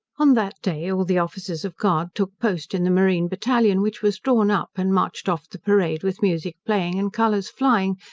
on that day all the officers of guard took post in the marine battalion, which was drawn up, and marched off the parade with music playing, and colours flying,